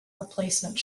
replacement